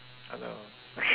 oh no